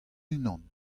unan